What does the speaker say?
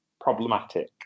problematic